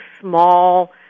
small